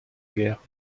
guerre